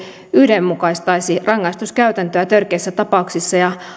yhdenmukaistaisi rangaistuskäytäntöä törkeissä tapauksissa ja